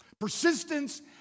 Persistence